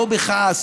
לא בכעס,